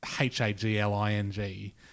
H-A-G-L-I-N-G